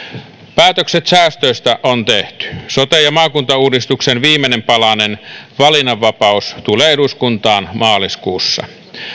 päätökset säästöistä on tehty sote ja maakuntauudistuksen viimeinen palanen valinnanvapaus tulee eduskuntaan maaliskuussa